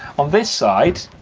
on this side,